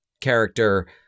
character